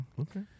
Okay